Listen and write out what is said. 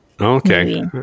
Okay